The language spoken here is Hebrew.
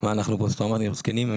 מה אנחנו פוסט טראומטיים מסכנים?